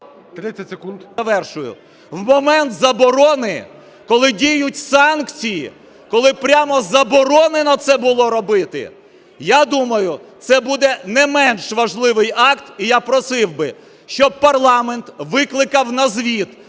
В момент заборони, коли діють санкції, коли прямо заборонено це було робити, я думаю, це буде не менш важливий акт. І я просив би, щоб парламент викликав на звіт